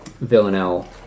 Villanelle